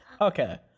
Okay